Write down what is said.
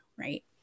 right